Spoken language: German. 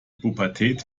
pubertät